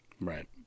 right